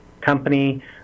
company